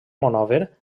monòver